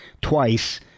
twice